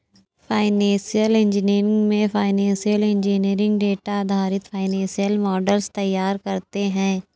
financial engineering में financial engineer data आधारित financial models तैयार करते है